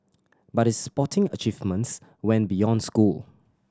but his sporting achievements went beyond school